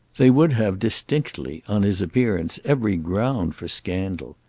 they would have distinctly, on his appearance, every ground for scandal.